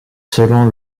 selon